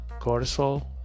cortisol